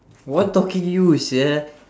what talking you sia